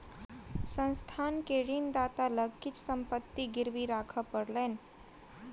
संस्थान के ऋणदाता लग किछ संपत्ति गिरवी राखअ पड़लैन